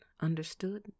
understood